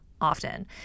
often